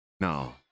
No